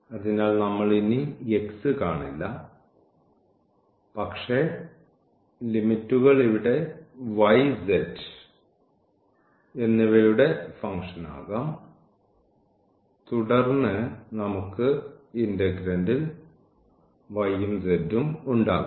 അതിനാൽ നമ്മൾ ഇനി x കാണില്ല പക്ഷേ ലിമിറ്റ്കൾ ഇവിടെ y z എന്നിവയുടെ ഫംഗ്ഷൻ ആകാം തുടർന്ന് നമുക്ക് ഇന്റഗ്രൻഡിൽ y ഉം z ഉം ഉണ്ടാകും